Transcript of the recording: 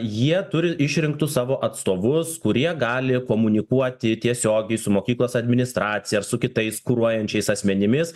jie turi išrinktus savo atstovus kurie gali komunikuoti tiesiogiai su mokyklos administracija ar su kitais kuruojančiais asmenimis